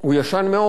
הוא ישן מאוד.